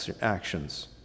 actions